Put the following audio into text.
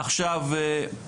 עכשיו,